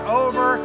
over